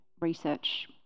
research